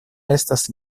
estas